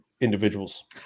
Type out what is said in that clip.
individuals